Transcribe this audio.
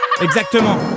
Exactement